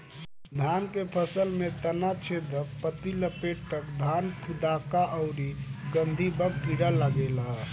धान के फसल में तना छेदक, पत्ति लपेटक, धान फुदका अउरी गंधीबग कीड़ा लागेला